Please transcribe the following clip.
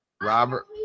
Robert